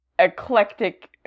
eclectic